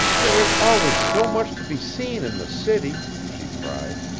there is always so much to be seen in the city, she cried,